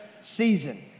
season